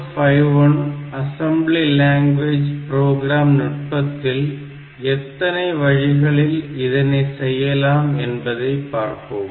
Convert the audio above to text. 8051 assembly language program நுட்பத்தில் எத்தனை வழிகளில் இதனை செய்யலாம் என்பதை பார்ப்போம்